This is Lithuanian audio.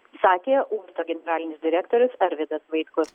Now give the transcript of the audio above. sakė uosto generalinis direktorius arvydas vaitkus